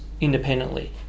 independently